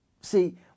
see